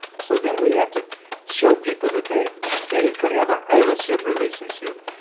so then we had to show people that they they could have an ownership relationship.